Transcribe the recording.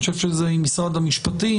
אני חושב שזה עם משרד המשפטים,